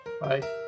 Bye